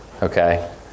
Okay